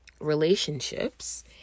relationships